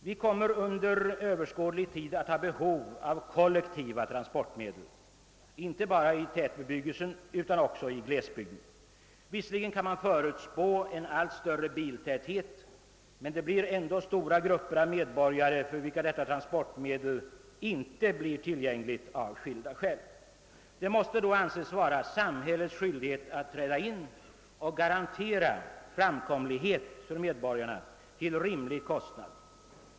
Vi kommer att under överskådlig tid ha behov av kollektiva transportmedel, inte bara i tätbebyggelsen utan också i glesbygden. Visserligen kan man förutspå allt större biltäthet, men för stora grupper medborgare blir detta transportmedel av olika skäl inte tillgängligt. Det måste då vara samhällets skyldighet att träda in och garantera medborgarna transport till rimlig kostnad.